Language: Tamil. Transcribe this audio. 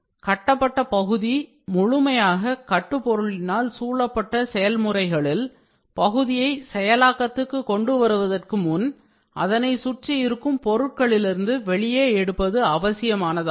கட்டப்பட்ட பகுதி முழுமையாக கட்டு பொருளினால் சூழப்பட்ட செயல்முறைகளில் பகுதியை செயலாக்கத்திற்கு கொண்டு வருவதற்கு முன் அதனை சுற்றியிருக்கும் பொருட்களிலிருந்து வெளியே எடுப்பது அவசியமானதாகும்